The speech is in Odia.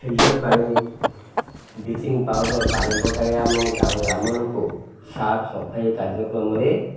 ଫିଲ୍ଟର୍ ପାଣି ବ୍ଲିଚିଂ ପାଉଡ଼ର୍ ପାଣି ପକାଇ ଆମ ଗ୍ରାମ ଲୋକ ସାଫ୍ ସଫାଇ କାର୍ଯ୍ୟକ୍ରମରେ